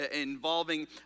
involving